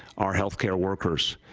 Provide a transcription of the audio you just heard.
our healthcare workers.